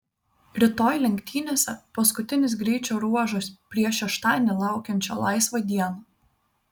rytoj lenktynėse paskutinis greičio ruožas prieš šeštadienį laukiančią laisvą dieną